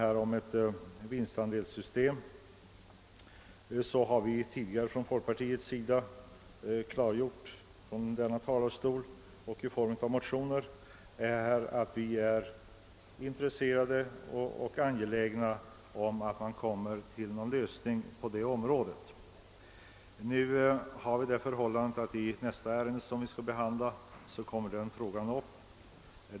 Beträffande frågan om vinstandelssystem har det från folkpartiets sida redan tidigare klargjorts från denna talarstol och i motioner att folkpartiet är angeläget om att frågan löses. I nästa ärende där folkpartiet har en partimotion kommer den upp.